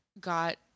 got